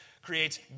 Creates